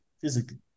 physically